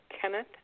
Kenneth